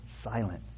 silent